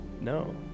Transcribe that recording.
no